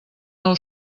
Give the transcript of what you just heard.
nou